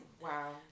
Wow